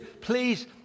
Please